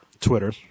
Twitter